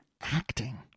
acting